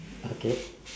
okay